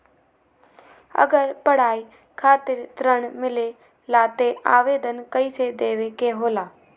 अगर पढ़ाई खातीर ऋण मिले ला त आवेदन कईसे देवे के होला?